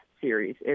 series